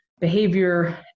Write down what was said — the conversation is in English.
behavior